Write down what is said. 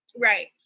Right